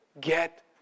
get